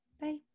Bye